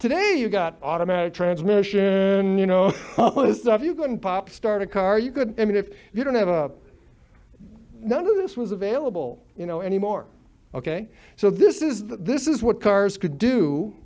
today you got automatic transmission you know if you can pop start a car you could i mean if you don't have a none of this was available you know anymore ok so this is this is what cars could do